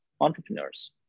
entrepreneurs